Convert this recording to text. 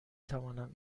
توانم